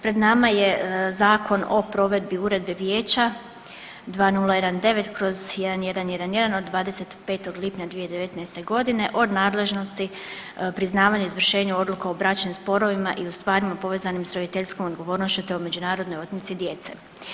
Pred nama je Zakon o provedbi Uredbe Vijeća 2019/1111 od 25. lipnja 2019. g. o nadležnosti, priznavanju i izvršenju odluka u bračnim sporovima i u stvarima povezanima s roditeljskom odgovornošću te o međunarodnoj otmici djece.